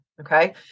Okay